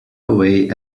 away